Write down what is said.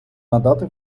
надати